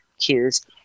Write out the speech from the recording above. cues